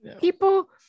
People